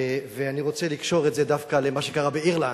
ואני רוצה לקשור את זה דווקא למה שקרה באירלנד,